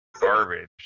garbage